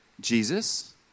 Jesus